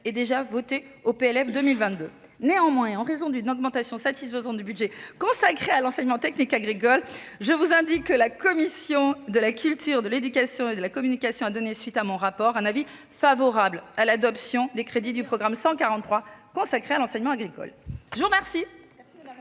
loi de finances pour 2022. Néanmoins, en raison d'une augmentation satisfaisante du budget consacré à l'enseignement technique agricole, la commission de la culture, de l'éducation et de la communication a émis, à la suite de mon rapport, un avis favorable sur l'adoption des crédits du programme 143 consacré à l'enseignement agricole. Mes chers